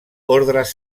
ordres